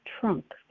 trunk